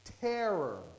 terror